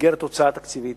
מסגרת הוצאה תקציבית,